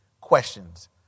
questions